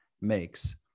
makes